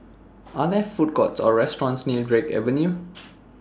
Are There Food Courts Or restaurants near Drake Avenue